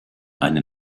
eine